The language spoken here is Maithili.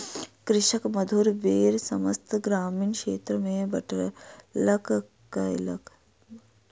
कृषक मधुर बेर समस्त ग्रामीण क्षेत्र में बाँटलक कयलक